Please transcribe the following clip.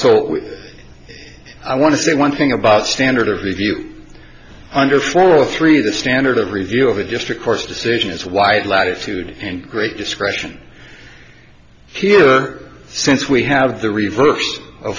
so i want to say one thing about standard of review under four three the standard of review of the district court's decision is wide latitude and great discretion here since we have the reverse